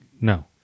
no